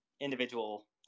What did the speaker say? individual